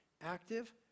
Active